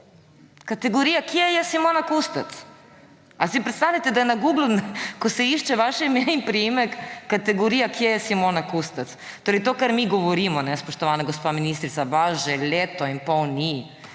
kategorija »Kje je Simona Kustec?« Ali si predstavljate, da je na Googlu, ko se išče vaše ime in priimek, kategorija »Kje je Simona Kustec?«? Torej to, kar mi govorimo, spoštovana gospa ministrica, da vaš že leto in pol ni.